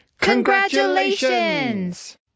Congratulations